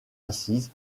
assise